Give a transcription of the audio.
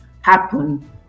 happen